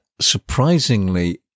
surprisingly